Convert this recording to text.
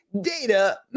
Data